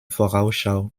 vorausschau